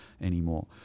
anymore